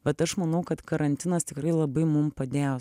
vat aš manau kad karantinas tikrai labai mum padėjo